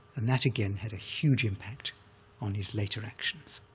and that, again, had a huge impact on his later actions.